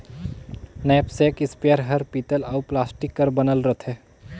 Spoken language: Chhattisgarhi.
नैपसेक इस्पेयर हर पीतल अउ प्लास्टिक कर बनल रथे